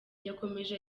yakomeje